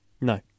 No